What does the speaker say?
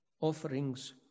Offerings